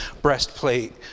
breastplate